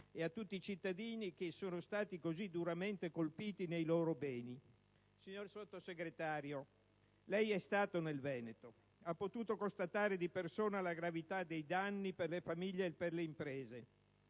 e a tutti i cittadini che sono stati così duramente colpiti nei loro beni. Signor Sottosegretario, lei è stato nel Veneto ed ha potuto constatare personalmente la gravità dei danni per le famiglie e per le imprese,